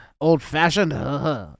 old-fashioned